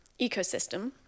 ecosystem